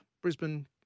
Brisbane